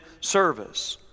service